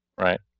Right